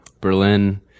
Berlin